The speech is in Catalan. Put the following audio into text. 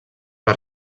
per